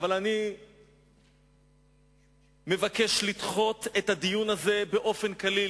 אבל אני מבקש לדחות את הדיון הזה כליל.